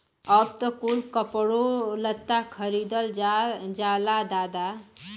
अब त कुल कपड़ो लत्ता खरीदल जाला दादा